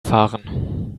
fahren